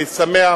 אני שמח